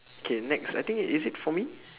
K next I think it is it for me